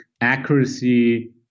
Accuracy